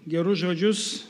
gerus žodžius